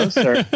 sir